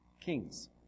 kings